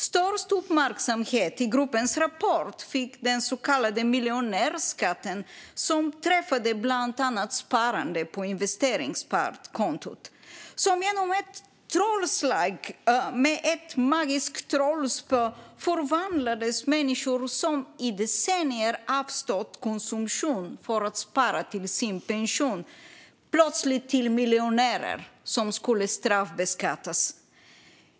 Störst uppmärksamhet i gruppens rapport fick den så kallade miljonärsskatten, som träffade bland annat sparande på investeringssparkonton. Som genom ett trollslag med ett magiskt trollspö förvandlades människor som i decennier avstått konsumtion för att spara till sin pension plötsligt till miljonärer som skulle straffbeskattas.